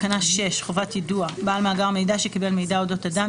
תקנה 6: חובת יידוע6.(א) בעל מאגר מידע שקיבל מידע אודות אדם,